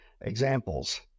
examples